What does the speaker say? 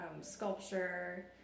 sculpture